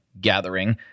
gathering